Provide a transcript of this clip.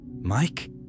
Mike